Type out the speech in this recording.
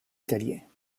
italiens